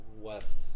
west